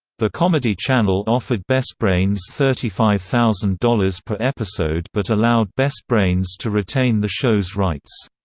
the comedy channel offered best brains thirty five thousand dollars per episode but allowed best brains to retain the show's rights.